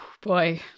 Boy